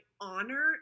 honor